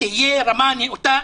תהיה רמה נאותה,